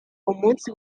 umunsi